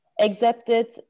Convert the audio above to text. accepted